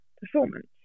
performance